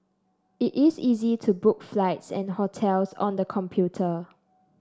it is easy to book flights and hotels on the computer